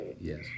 Yes